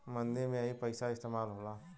मंदी में यही पइसा इस्तेमाल होला